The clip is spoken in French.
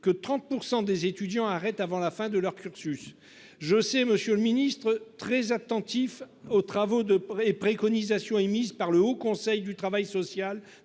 que 30 % des étudiants arrêtent avant la fin de leur cursus. Je vous sais, monsieur le ministre, très attentif aux travaux et préconisations émises par le Haut Conseil du travail social